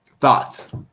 thoughts